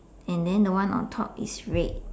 and then the one on top is red